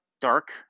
dark